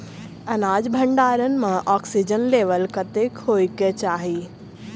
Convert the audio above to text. अनाज भण्डारण म ऑक्सीजन लेवल कतेक होइ कऽ चाहि?